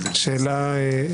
שאלה.